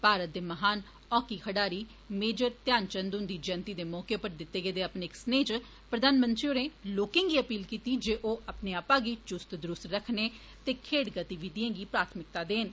भारत दे महान हाकी खडारी मेजर ध्यान चंद हन्दी जयन्ति दे मौके उप्पर दिते गेदे अपने इक स्नेह च प्रधानमंत्री होरें लोकें गी अपील कीती जे ओ अपने आपा गी चुस्त दुरुस्त रक्खने ते खेड्ड गतिविधिएं गी प्राथमिक्ता देन